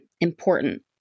important